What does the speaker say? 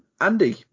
Andy